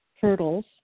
hurdles